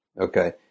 okay